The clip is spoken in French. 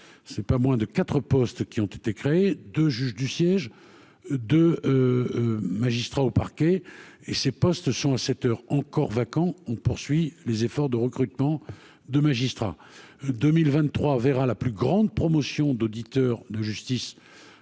c'est pas moins de 4 postes qui ont été créés de juges du siège de magistrat au parquet et ces postes sont à sept heures encore vacants, on poursuit les efforts de recrutement de magistrats 2023 verra la plus grande promotion d'auditeurs de justice, de